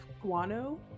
guano